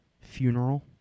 funeral